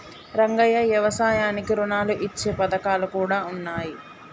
రంగయ్య యవసాయానికి రుణాలు ఇచ్చే పథకాలు కూడా ఉన్నాయి